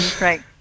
Right